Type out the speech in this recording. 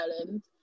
Island